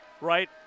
right